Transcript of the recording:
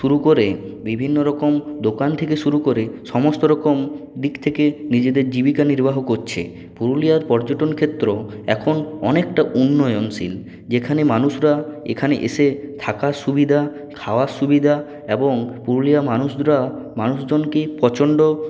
শুরু করে বিভিন্ন রকম দোকান থেকে শুরু করে সমস্ত রকম দিক থেকে নিজেদের জীবিকা নির্বাহ করছে পুরুলিয়ার পর্যটনক্ষেত্র এখন অনেকটা উন্নয়নশীল যেখানে মানুষরা এখানে এসে থাকার সুবিধা খাওয়ার সুবিধা এবং পুরুলিয়ার মানুষরা মানুষজনকে প্রচন্ড